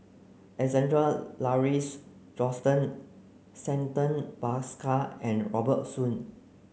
Alexander Lauries Johnston Santha Bhaskar and Robert Soon